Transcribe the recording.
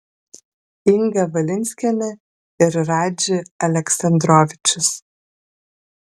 inga valinskienė ir radži aleksandrovičius